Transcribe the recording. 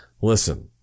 listen